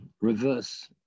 reverse